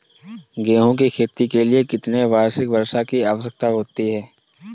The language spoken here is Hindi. गेहूँ की खेती के लिए कितनी वार्षिक वर्षा की आवश्यकता होती है?